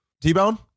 T-Bone